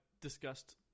discussed